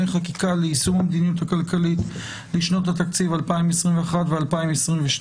חקיקה ליישום המדיניות הכלכלית לשנות התקציב 2021 ו-2022),